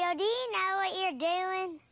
do you know what you're doing?